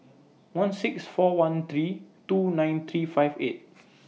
one six four one three two nine three five eight